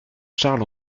charles